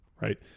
right